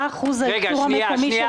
מה שיעור הייצור המקומי של הדגים?